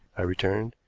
i returned.